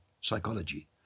psychology